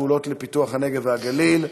פעולות לפיתוח הנגב והגליל.